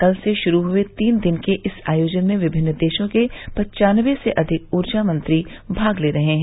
कल से शुरू हुए तीन दिन के इस आयोजन में विभिन्न देशों के पन्चानबे से अधिक ऊर्जा मंत्री भाग ले रहे हैं